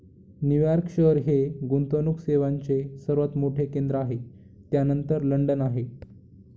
New York शहर हे गुंतवणूक सेवांचे सर्वात मोठे केंद्र आहे त्यानंतर लंडन आहे